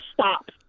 stop